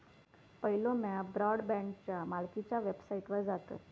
पयलो म्या ब्रॉडबँडच्या मालकीच्या वेबसाइटवर जातयं